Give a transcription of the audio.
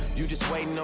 you just wait.